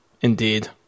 indeed